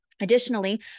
Additionally